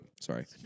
sorry